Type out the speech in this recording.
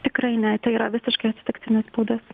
tikrai ne tai yra visiškai atsitiktinis būdas